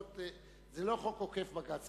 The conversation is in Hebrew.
זה לא חוק עוקף בג"ץ,